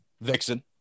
Vixen